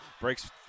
breaks